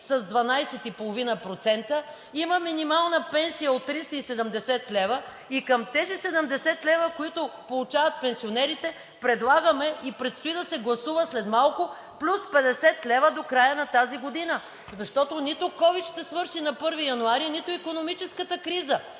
с 12,5%; има минимална пенсия от 370 лв. и към тези 70 лв., които получават пенсионерите, предлагаме и предстои след малко да се гласува плюс 50 лв. до края на тази година. Защото нито ковид ще свърши на 1 януари, нито икономическата криза!